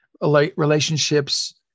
relationships